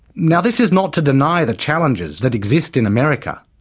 now this is not to deny the challenges that exist in america.